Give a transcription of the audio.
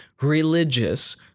religious